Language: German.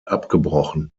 abgebrochen